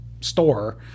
store